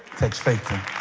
takes faith thing